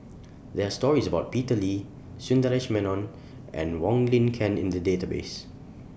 There Are stories about Peter Lee Sundaresh Menon and Wong Lin Ken in The Database